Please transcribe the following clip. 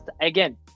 Again